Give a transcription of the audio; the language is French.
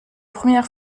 première